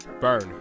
Burn